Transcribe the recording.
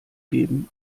geben